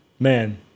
Man